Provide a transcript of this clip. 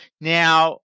Now